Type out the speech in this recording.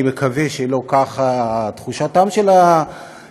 אני מקווה שלא זו תחושתם של האזרחים,